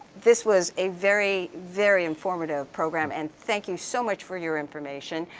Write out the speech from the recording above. this was a very, very informative program, and thank you so much for your information.